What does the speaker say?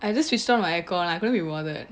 I just restore my account I cant be bothered